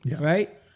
right